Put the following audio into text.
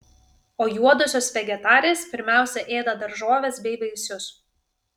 o juodosios vegetarės pirmiausia ėda daržoves bei vaisius